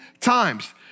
times